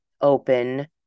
open